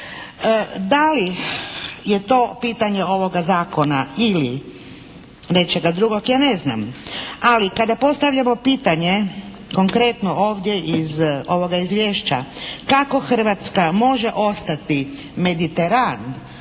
Da li je to pitanje ovoga zakona ili nečega drugog ja ne znam ali kada postavljamo pitanje konkretno ovdje iz ovoga izvješća kako Hrvatska može ostati Mediteran